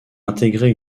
intégrer